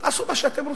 תעשו מה שאתם רוצים.